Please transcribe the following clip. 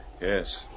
Yes